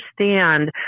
understand